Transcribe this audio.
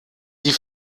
die